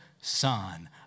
Son